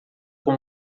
com